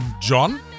John